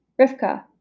Rivka